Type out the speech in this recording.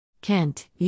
Kent